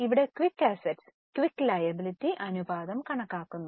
ഇവിടെ quick assets quick liability അനുപാതം കണക്കാക്കുന്നു